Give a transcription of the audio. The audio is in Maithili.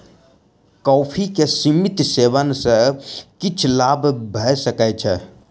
कॉफ़ी के सीमित सेवन सॅ किछ लाभ भ सकै छै